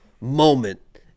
moment